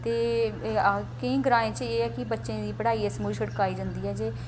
ते एह् ऐ केईं ग्राएं च एह् ऐ कि बच्चें दी पढ़ाई इस मुजब छड़काई जंदी ऐ जे